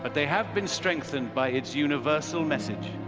but they have been strengthened by its universal message.